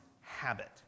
habit